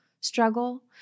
struggle